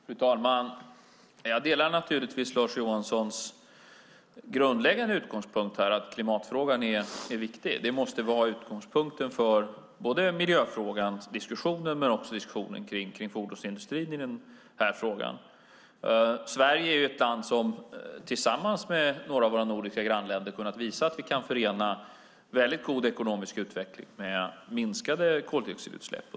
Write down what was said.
Fru talman! Jag delar naturligtvis Lars Johanssons grundläggande utgångspunkt att klimatfrågan är viktig. Det måste vara utgångspunkten både för diskussionen om miljöfrågan men också för diskussionen kring fordonsindustrin. Sverige är ett land som tillsammans med några av våra nordiska grannländer har kunnat visa att vi kan förena väldigt god ekonomisk utveckling med minskade koldioxidutsläpp.